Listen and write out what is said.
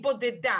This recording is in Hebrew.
והיא בודדה.